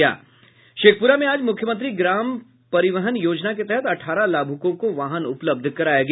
शेखपुरा में आज मुख्यमंत्री ग्राम परिवहन योजना के तहत अठारह लाभुकों को वाहन उपलब्ध कराया गया